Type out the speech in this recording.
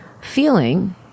feeling